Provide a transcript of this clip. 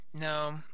no